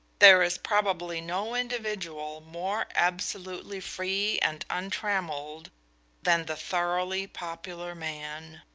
there is probably no individual more absolutely free and untrammeled than the thoroughly popular man.